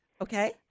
Okay